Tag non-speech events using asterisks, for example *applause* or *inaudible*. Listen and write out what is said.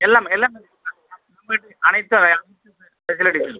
எல்லாமே எல்லாமே இருக்குது *unintelligible* அனைத்து வகையான *unintelligible* ஃபெசிலிட்டீஸும் இருக்குது